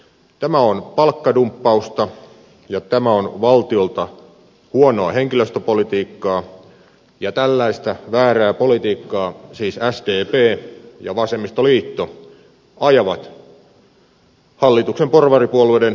tämä on palkkadumppausta ja tämä on valtiolta huonoa henkilöstöpolitiikkaa ja tällaista väärää politiikkaa siis sdp ja vasemmistoliitto ajavat hallituksen porvaripuolueiden ohella